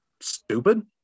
stupid